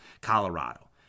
Colorado